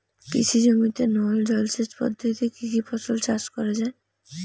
কৃষি জমিতে নল জলসেচ পদ্ধতিতে কী কী ফসল চাষ করা য়ায়?